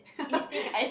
eating ice